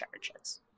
charges